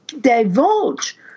divulge